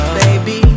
baby